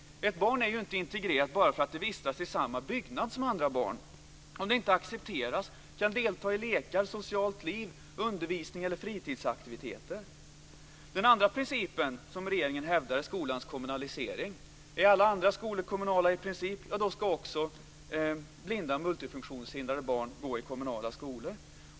Ett barn är ju inte integrerat bara för att det vistas i samma byggnad som andra barn, om det inte accepteras, kan delta i lekar, socialt liv, undervisning eller fritidsaktiviteter. Den andra principen som regeringen hävdar är skolans kommunalisering. Är i princip alla andra skolor kommunala ska också blinda multifunktionshindrade barn gå i kommunala skolor.